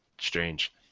strange